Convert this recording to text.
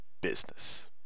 business